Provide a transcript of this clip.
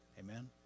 Amen